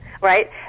right